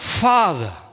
Father